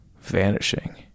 vanishing